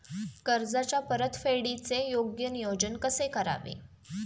कर्जाच्या परतफेडीचे योग्य नियोजन कसे करावे?